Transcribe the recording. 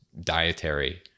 dietary